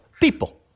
people